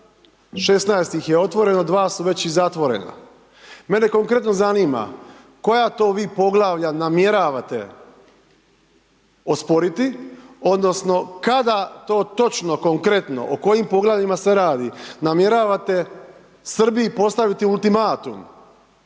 16 ih je otvoreno, 2 su već i zatvorena. Mene konkretno zanima koja to vi poglavlja namjeravate osporiti odnosno kad to točno konkretno o kojim poglavljima se radi namjeravate Srbiji postaviti ultimatum,